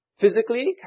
Physically